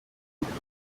bitatu